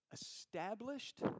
established